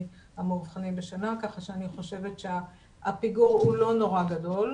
מהמאובחנים בשנה כך שאני חושבת שהפיגור הוא לא נורא גדול.